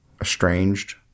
estranged